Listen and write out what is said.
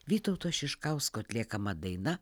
vytauto šiškausko atliekama daina